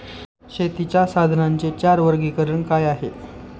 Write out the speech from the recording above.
शेतीच्या साधनांचे चार वर्गीकरण काय आहे?